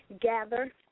gather